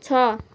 छ